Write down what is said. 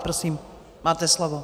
Prosím, máte slovo.